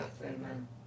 Amen